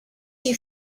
you